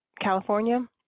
California